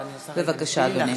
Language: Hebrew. בבקשה, אדוני.